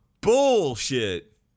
Bullshit